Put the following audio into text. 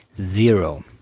zero